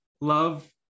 Love